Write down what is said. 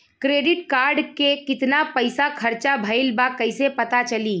Credit card के कितना पइसा खर्चा भईल बा कैसे पता चली?